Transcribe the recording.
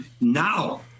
now